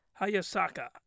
Hayasaka